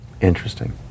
Interesting